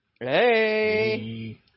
Hey